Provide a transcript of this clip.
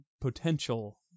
potential